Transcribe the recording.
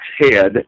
head